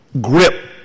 grip